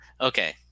okay